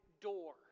door